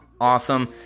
awesome